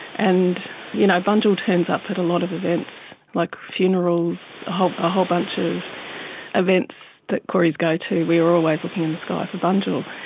and you know bunjil turns up at a lot of events, like funerals, a whole a whole bunch of events that kooris go to, we are always looking in the sky for bunjil.